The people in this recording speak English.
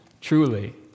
Truly